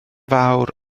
fawr